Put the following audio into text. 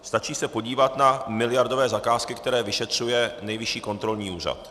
Stačí se podívat na miliardové zakázky, které vyšetřuje Nejvyšší kontrolní úřad.